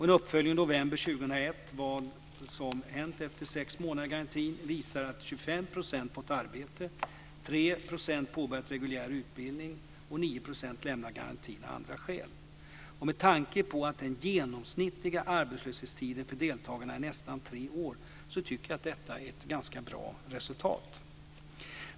En uppföljning i november 2001 av vad som hänt efter sex månader i garantin visar att 25 % fått arbete, 3 % påbörjat reguljär utbildning och 9 % lämnat garantin av andra skäl. Med tanke på att den genomsnittliga arbetslöshetstiden för deltagarna är nästan tre år tycker jag att detta är ett ganska bra resultat.